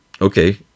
okay